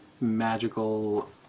magical